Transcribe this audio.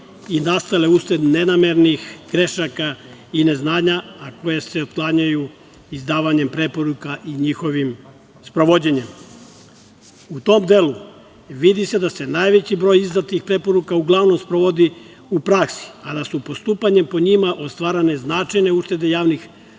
i nastale uslede nenamernih grešaka i neznanja, a koje se otklanjaju izdavanjem preporuka i njihovim sprovođenjem.U tom delu vidi se da se najveći broj izdatih preporuka uglavnom sprovodi u praksi, a da su u postupanjima po njima ostvarene značajne uštede javnih